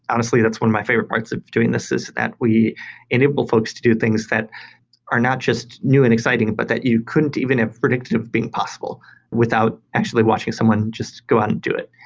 honestly, that's one of my favorite parts of doing this, is that we enable folks to do things that are not just new and exciting, but that you couldn't even ah predict of being possible without actually watching someone just go out and do it,